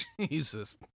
Jesus